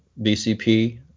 bcp